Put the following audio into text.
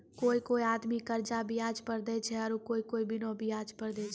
कोय कोय आदमी कर्जा बियाज पर देय छै आरू कोय कोय बिना बियाज पर देय छै